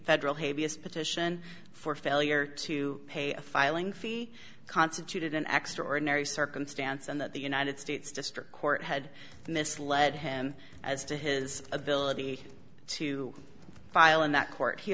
federal hate b s petition for failure to pay a filing fee constituted an extraordinary circumstance and that the united states district court had misled him as to his ability to file in that court he